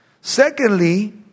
Secondly